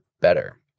better